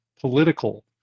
political